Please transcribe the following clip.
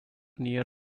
near